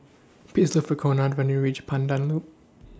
Please Look For Conard when YOU REACH Pandan Loop